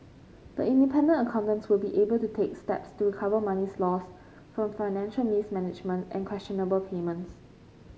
the independent accountants will be able to take steps to recover monies lost from financial mismanagement and questionable payments